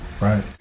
Right